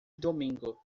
domingo